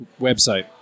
website